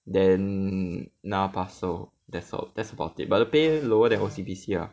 then 拿 parcel that's all that's about it but the pay lower than O_C_B_C lah